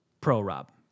pro-rob